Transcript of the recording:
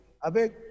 avec